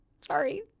Sorry